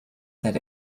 that